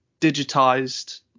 digitized